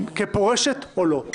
כפורשת או לא.